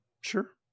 Sure